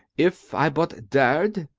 if i but dared.